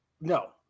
no